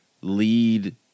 lead